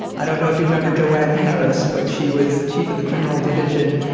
i don't know if you remember joanne harris, but she was chief of the criminal division,